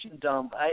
dump